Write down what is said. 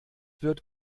wird